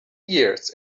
years